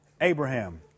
Abraham